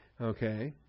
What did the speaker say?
Okay